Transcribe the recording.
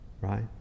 Right